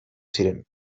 ziren